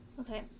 Okay